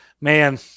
Man